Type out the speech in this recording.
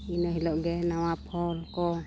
ᱤᱱᱟᱹ ᱦᱤᱞᱳᱜ ᱜᱮ ᱱᱟᱣᱟ ᱯᱷᱚᱞ ᱠᱚ